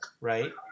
right